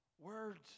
Words